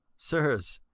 sirs,